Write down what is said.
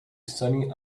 sunny